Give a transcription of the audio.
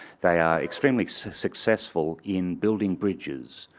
they are extremely so successful in building bridges.